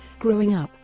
growing up,